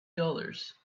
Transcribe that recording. dollars